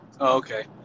Okay